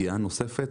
פגיעה נוספת